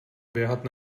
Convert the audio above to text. běhat